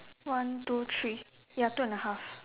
one two three ya two and a half